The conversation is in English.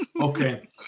Okay